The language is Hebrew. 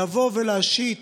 לבוא ולהשית